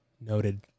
noted